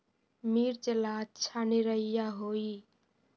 मिर्च ला अच्छा निरैया होई?